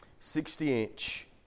60-inch